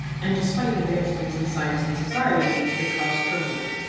and despite advancements in science and society, it caused turmoil.